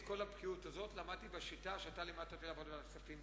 את כל הבקיאות הזאת למדתי בשיטה שאתה לימדת אותי לעבוד בוועדת הכספים.